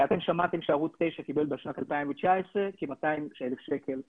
אתם שמעתם שערוץ 9 קיבל בשנת 2019 כ-200,000 שקל בשנה.